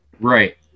Right